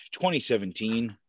2017